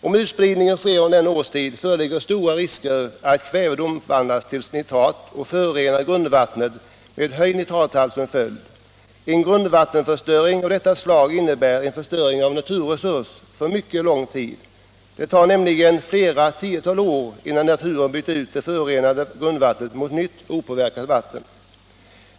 Om utspridning sker under denna årstid föreligger stora risker att kvävet omvandlas till nitrat och förorenar grundvattnet med höjd nitrathalt som följd. En grundvattenförstöring av detta slag innebär förstöring av en naturresurs för mycket lång tid. Det tar nämligen flera tiotal år innan naturen bytt ut det förorenade grundvattnet mot nytt, opåverkat vatten.